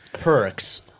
Perks